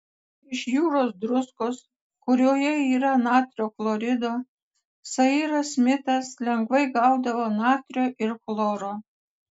iš jūros druskos kurioje yra natrio chlorido sairas smitas lengvai gaudavo natrio ir chloro